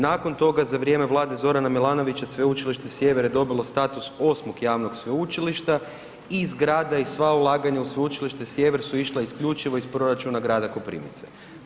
Nakon toga, za vrijeme Vlade Zorana Milanovića, Sveučilište Sjever je dobilo status 8. javnog sveučilišta i zgrada i sva ulaganja u Sveučilište Sjever su išla isključivo iz proračuna grada Koprivnice.